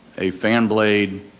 a fan blade